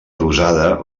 adossada